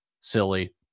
silly